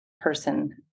person